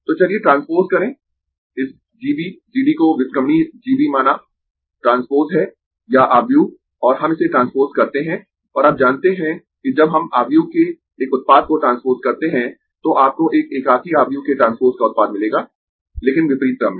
तो चलिए ट्रांसपोज करें इस G B G D को व्युत्क्रमणीय G B माना ट्रांसपोज है या आव्यूह और हम इसे ट्रांसपोज करते है और आप जानते है कि जब हम आव्यूह के एक उत्पाद को ट्रांसपोज करते है तो आपको एक एकाकी आव्यूह के ट्रांसपोज का उत्पाद मिलेगा लेकिन विपरीत क्रम में